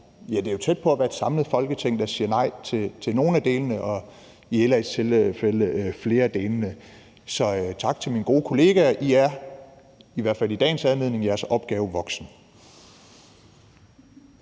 jo er tæt på at være et samlet Folketing, der siger nej til nogle af delene – i LA's tilfælde er det flere af delene. Så tak til mine gode kollegaer. I er – i hvert fald i dagens anledning – jeres opgave voksen.